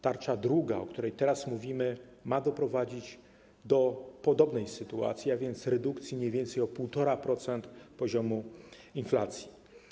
Tarcza druga, o której teraz mówimy, ma doprowadzić do podobnej sytuacji, a więc redukcji mniej więcej o 1,5% poziomu inflacji.